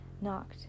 knocked